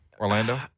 Orlando